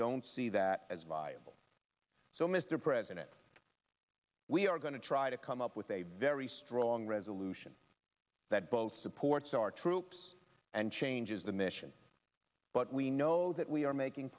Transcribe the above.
don't see that as viable so mr president we are going to try to come up with a very strong resolution that both supports our troops and changes the mission but we know that we are making